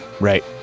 Right